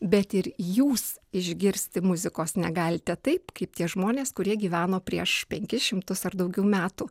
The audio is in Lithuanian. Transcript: bet ir jūs išgirsti muzikos negalite taip kaip tie žmonės kurie gyveno prieš penkis šimtus ar daugiau metų